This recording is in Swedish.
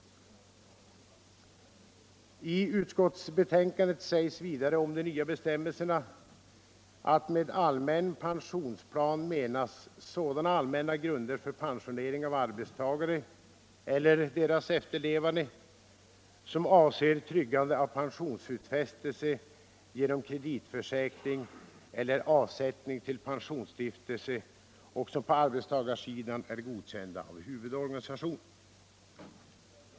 I utskottsbetänkandet sägs vidare om de nya bestämmelserna: ”Med allmän pensionsplan menas sådana allmänna grunder för pensionering av arbetstagare eller deras efterlevande som avser tryggande av pensionsutfästelse genom kreditförsäkring eller avsättning till pensionsstiftelse och som på arbetstagarsidan är godkända av huvudorganisation.